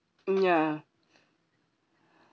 mm ya